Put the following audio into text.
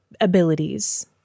abilities